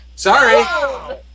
Sorry